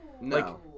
No